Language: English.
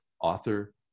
author